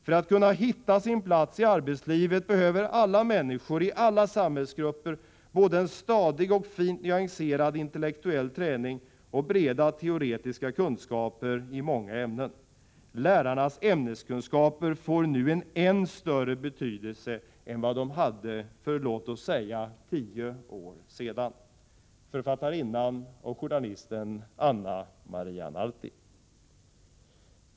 För att kunna hitta sin plats i arbetslivet behöver alla människor i alla samhällsgrupper både en stadig och fint nyanserad intellektuell träning och breda teoretiska kunskaper i många ämnen. Lärarnas ämneskunskaper får nu en större betydelse än de hade för låt oss säga tio år sedan.” — författarinnan och journalisten Anna Maria Narti.